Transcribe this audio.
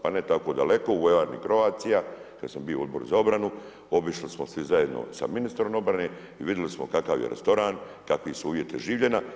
Pa ne tako daleko u vojarni Croatia kad sam bio u Odboru za obranu obišli smo svi zajedno sa ministrom obrane i vidjeli smo kakav je restoran, kakvi su uvjeti življenja.